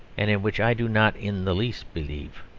and in which i do not in the least believe.